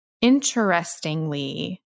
interestingly